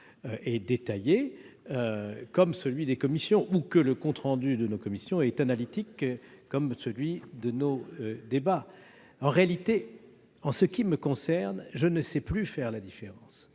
est détaillé, comme celui des commissions, ou que le compte rendu de nos commissions est analytique, comme celui de nos débats ... En réalité, pour ce qui me concerne, je ne sais plus faire la différence